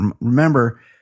Remember